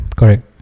correct